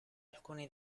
alcuni